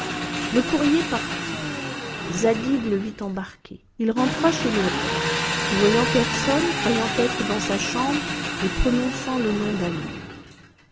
le courrier partit zadig le vit embarquer il rentra chez le roi ne voyant personne croyant être dans sa chambre et prononçant le nom d'amour